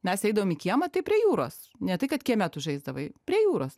mes eidavom į kiemą tai prie jūros ne tai kad kieme tu žaisdavai prie jūros